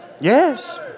Yes